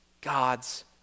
god's